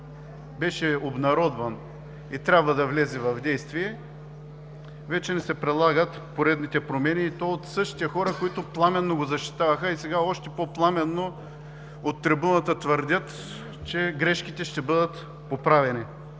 беше обнародван и трябва да влезе в действие – вече ни се предлагат поредните промени, и то от същите хора, които пламенно го защитаваха и сега още по-пламенно от трибуната твърдят, че грешките ще бъдат поправени.